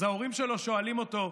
אז ההורים שלו שואלים אותו: